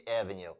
Avenue